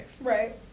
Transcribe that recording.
Right